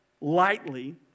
lightly